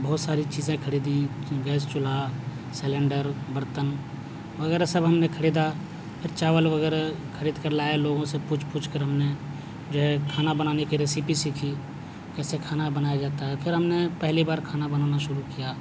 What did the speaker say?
بہت ساری چیزیں خریدیں اس میں گیس چولہا سلینڈر برتن وغیرہ سب ہم نے خریدا پھر چاول وغیرہ خرید کر لائے لوگوں سے پوچھ پوچھ کر ہم نے جو ہے کھانا بنانے کی ریسیپی سیکھی کیسے کھانا بنایا جاتا ہے پھر ہم نے پہلی بار کھانا بنانا شروع کیا